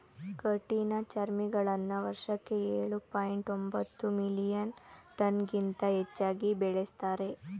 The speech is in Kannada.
ಕಠಿಣಚರ್ಮಿಗಳನ್ನ ವರ್ಷಕ್ಕೆ ಎಳು ಪಾಯಿಂಟ್ ಒಂಬತ್ತು ಮಿಲಿಯನ್ ಟನ್ಗಿಂತ ಹೆಚ್ಚಾಗಿ ಬೆಳೆಸ್ತಾರೆ